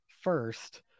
first